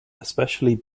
especially